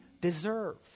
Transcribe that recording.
deserve